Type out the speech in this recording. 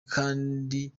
kandi